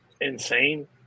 insane